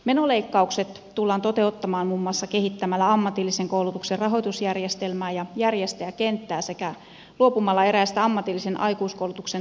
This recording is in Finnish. menoleikkaukset tullaan toteuttamaan muun muassa kehittämällä ammatillisen koulutuksen rahoitusjärjestelmää ja järjestäjäkenttää sekä luopumalla eräistä ammatillisen aikuiskoulutuksen toimintamuodoista